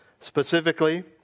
Specifically